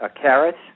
carrots